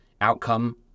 outcome